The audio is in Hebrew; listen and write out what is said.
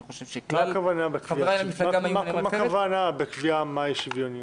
אני חושב שכלל חבריי למפלגה היו --- מה הכוונה בקביעה מהי שוויוניות?